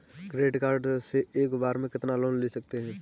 Credit card से एक बार में कितना लोन ले सकते हैं?